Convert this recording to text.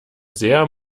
sehr